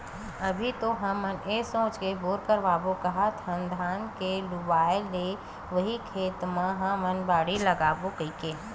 अभी तो हमन ये सोच के बोर करवाबो काहत हन धान के लुवाय ले उही खेत म हमन बाड़ी लगा लेबो कहिके